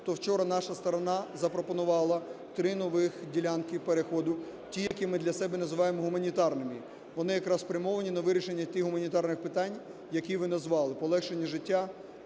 то вчора наша сторона запропонувала три нових ділянки переходу, ті, які ми для себе називаємо гуманітарними. Вони якраз спрямовані на вирішення тих гуманітарних питань, які ви назвали, – полегшення життя